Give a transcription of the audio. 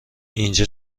اینجا